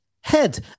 head